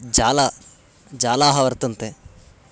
जालं जालाः वर्तन्ते